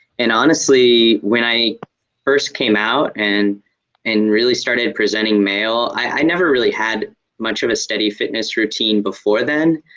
and honestly when i first came out and and really started presenting male, i never really had much of a steady fitness routine before then.